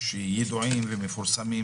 שידועים ומפורסמים